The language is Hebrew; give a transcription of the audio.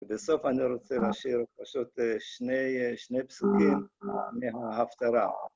ובסוף אני רוצה להשאיר פשוט שני פסוקים מההפטרה